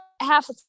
half